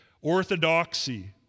Orthodoxy